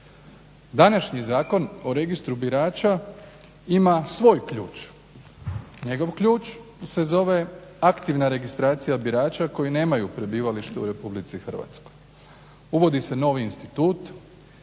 Današnji Zakon o Registru birača ima svoj ključ, njegov ključ se zove aktivna registracija birača koji nemaju prebivalište u Republici Hrvatskoj. Uvodi se novi institut,